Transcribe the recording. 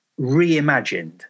reimagined